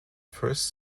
first